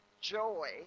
joy